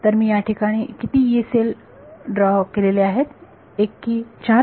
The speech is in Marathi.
तर मी या ठिकाणी किती यी सेल ड्रॉ केलेल्या आहेत 1 की 4